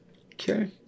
Okay